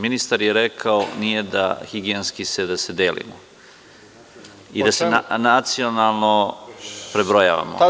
Ministar je rekao - nije da se higijenski delimo i da se nacionalno prebrojavamo.